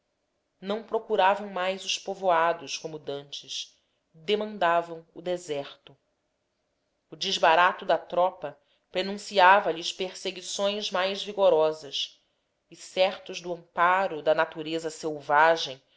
não procuravam mais os povoados como dantes demandavam o deserto o desbarato da tropa prenunciava lhes perseguições mais vigorosas e certos do amparo da natureza selvagem